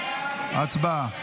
הצבעה.